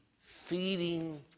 feeding